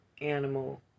animal